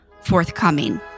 forthcoming